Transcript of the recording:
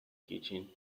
kitchen